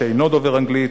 שאינו דובר אנגלית,